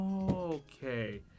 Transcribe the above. Okay